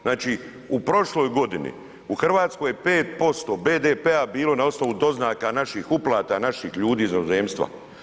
Znači u prošloj godini u Hrvatskoj je 5% BDP-a bilo na osnovu doznaka naših uplata naših ljudi iz inozemstva.